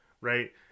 right